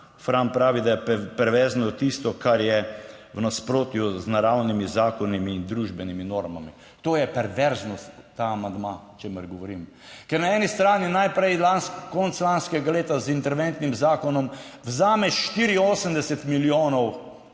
Fran pravi, da je perverzno tisto, kar je v nasprotju z naravnimi zakoni in družbenimi normami, to je perverznost, ta amandma, o čemer govorim, ker na eni strani najprej konec lanskega leta z interventnim zakonom vzame 84 milijonov